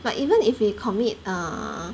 but even if you commit err